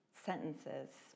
sentences